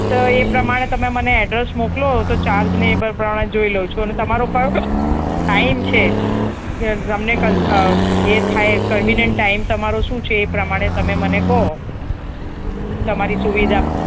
તો એ પ્રમાણે તમે મને એડ્રેસ મોકલો તો ચાર્જ ને એ બ પ્રમાણે જોઈ લઉં છું અને તમારો કયો ટાઇમ છે જે તમને એ થાય કન્વીનીઅન્ટ ટાઇમ તમારો શું છે એ પ્રમાણે તમે મને કહો તમારી સુવિધા પ્ર